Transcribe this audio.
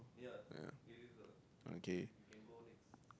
ya okay